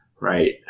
Right